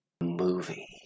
movie